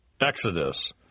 Exodus